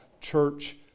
church